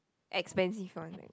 expensive one leh